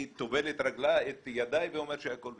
אני טובל את ידיי ואומר שהכול בסדר.